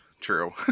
true